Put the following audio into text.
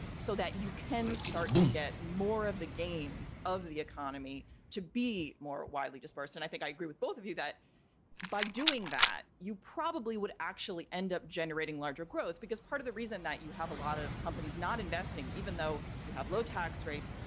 so that you can start to get more of the gains of the economy to be more widely dispersed, and i think i agree with both of you that by doing that, you probably would actually end up generating larger growth, because part of the reason that you have a lot of companies not investing, even though you have low tax rates,